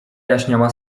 jaśniała